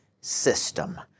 System